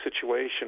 situation